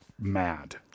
mad